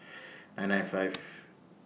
nine nine five